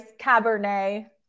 Cabernet